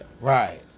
Right